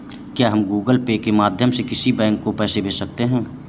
क्या हम Google Pay के माध्यम से किसी बैंक को पैसे भेज सकते हैं?